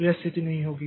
तो यह स्थिति नहीं होगी